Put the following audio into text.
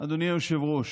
אדוני היושב-ראש,